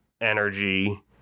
energy